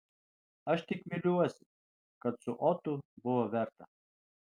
aš tik viliuosi kad su otu buvo verta